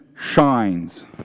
shines